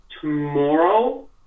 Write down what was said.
tomorrow